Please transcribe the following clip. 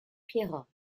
pierrot